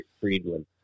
Friedland